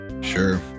Sure